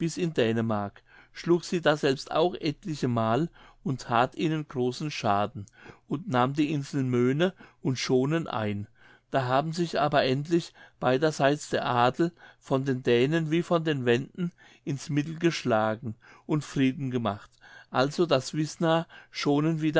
in dänemark schlug sie daselbst auch etlichemal und that ihnen großen schaden und nahm die inseln möne und schonen ein da haben sich aber endlich beiderseits der adel von den dänen wie von den wenden ins mittel geschlagen und frieden gemacht also daß wißna schonen